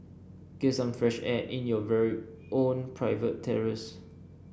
get some fresh air in your very own private terrace